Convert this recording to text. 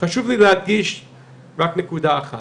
חשוב לי להדגיש רק נקודה אחת,